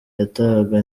yatahaga